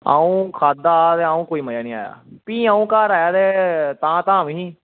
अंऊ खाद्धा अंऊ कोई मज़ा निं आया भी अंऊ घर आया ते धाम ही